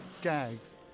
gags